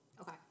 Okay